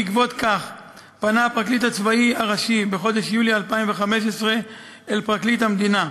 בעקבות זאת פנה הפרקליט הצבאי הראשי בחודש יולי 2015 אל פרקליט המדינה.